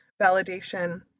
validation